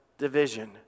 division